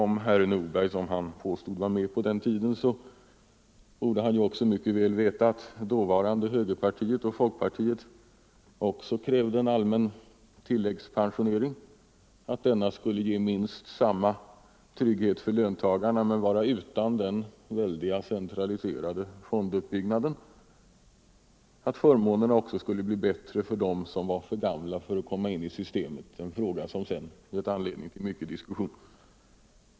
Om herr Nordberg, som han påstod, var med på den tiden borde han mycket väl veta att dåvarande högerpartiet och folkpartiet också krävde en allmän tilläggspensionering; att denna skulle ge minst samma trygghet för löntagarna men vara utan den väldiga centraliserade fonduppbyggnaden; att förmånerna skulle bli bättre för dem som var för gamla för att komma in i systemet — en fråga som sedan givit anledning till mycken diskussion.